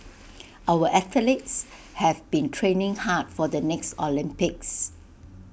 our athletes have been training hard for the next Olympics